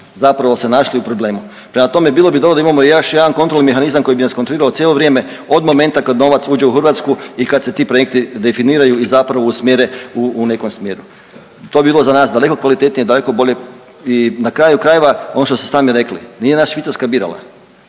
zapravo se naši u problemu. Prema tome, bilo bi dobro da imamo još jedan kontrolni mehanizam koji bi nas kontrolirao cijelo vrijem od momenta kad novac uđe u Hrvatsku i kad se ti projekti definiraju i zapravo usmjere u nekom smjeru. To bi bilo za nas daleko kvalitetnije, daleko bolje i na kraju krajeva ono što ste sami rekli, nije nas Švicarska birala.